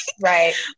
Right